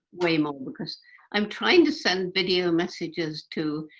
way more because i'm trying to send video messages to,